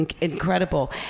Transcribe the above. incredible